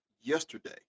yesterday